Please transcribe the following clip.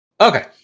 Okay